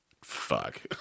Fuck